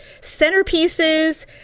centerpieces